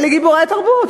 אלה גיבורי התרבות,